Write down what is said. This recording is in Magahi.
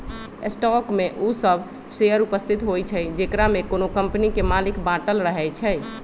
स्टॉक में उ सभ शेयर उपस्थित होइ छइ जेकरामे कोनो कम्पनी के मालिक बाटल रहै छइ